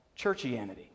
churchianity